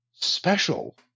special